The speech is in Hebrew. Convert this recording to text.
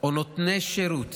או נותני שירות